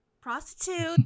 Prostitute